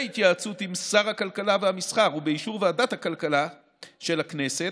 בהתייעצות עם שר הכלכלה והמסחר ובאישור ועדת הכלכלה של הכנסת,